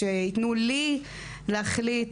במחקרים,